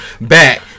back